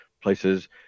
places